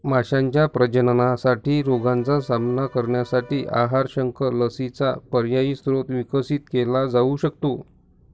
माशांच्या प्रजननासाठी रोगांचा सामना करण्यासाठी आहार, शंख, लसींचा पर्यायी स्रोत विकसित केला जाऊ शकतो